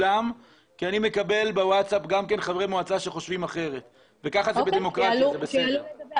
כך זה בדמוקרטיה וזה בסדר.